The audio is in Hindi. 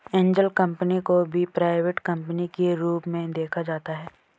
एंजल कम्पनी को भी प्राइवेट कम्पनी के रूप में देखा जाता है